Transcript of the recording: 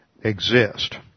exist